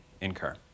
incur